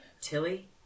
Tilly